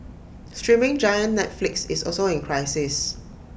streaming giant Netflix is also in crisis